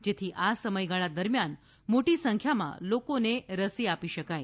જેથી આ સમયગાળા દરમિયાન મોટી સંખ્યામાં લોકોને રસી આપી શકાય